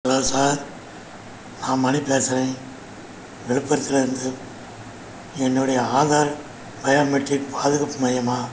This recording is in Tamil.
ஹலோ சார் நான் மணி பேசுகிறேன் விழுப்புரத்துல இருந்து என்னுடைய ஆதார் பயோமெட்ரிக் பாதுகாப்பு மையமா